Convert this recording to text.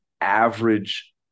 average